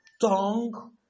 tongue